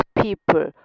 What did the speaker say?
people